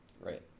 Right